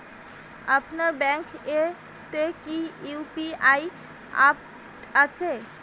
আপনার ব্যাঙ্ক এ তে কি ইউ.পি.আই অ্যাপ আছে?